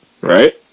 right